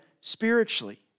spiritually